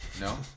No